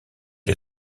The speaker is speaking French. les